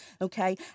Okay